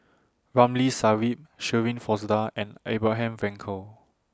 Ramli Sarip Shirin Fozdar and Abraham Frankel